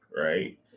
right